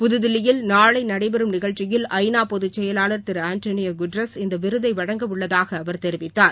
புதுதில்லியில் நாளை நடைபெறம் நிகழ்ச்சியில் ஐநா பொது செயலாளா் திரு ஆண்டோளியோ குட்ரஸ் இந்த விருதை வழங்கவுள்ளதாக அவர் தெரிவித்தார்